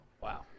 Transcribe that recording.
Wow